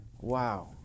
Wow